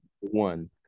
One